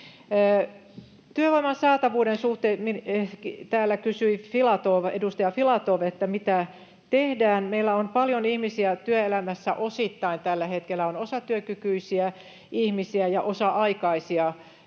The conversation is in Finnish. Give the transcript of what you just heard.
Työvoiman saatavuuden suhteen täällä kysyi edustaja Filatov, että mitä tehdään. Meillä on paljon ihmisiä työelämässä osittain tällä hetkellä, on osatyökykyisiä ihmisiä ja osa-aikaisia